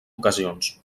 ocasions